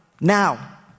now